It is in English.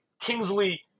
kingsley